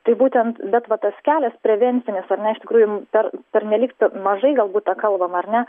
tai būtent bet va tas kelias prevencinis ar ne iš tikrųjų per pernelyg mažai galbūt tą kalbam ar ne